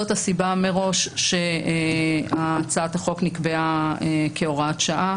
זאת הסיבה שמראש הצעת החוק נקבעה כהוראת שעה,